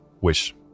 wish